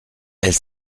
elle